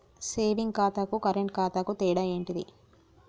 Saving ఖాతాకు current ఖాతాకు తేడా ఏంటిది?